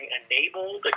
enabled